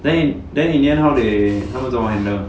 then then in the end how they 他们怎么 handle